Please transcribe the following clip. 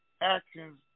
actions